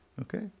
Okay